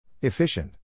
Efficient